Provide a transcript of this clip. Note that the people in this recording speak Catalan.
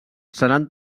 seran